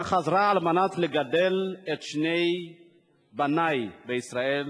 שחזרה על מנת לגדל את שני בני בישראל,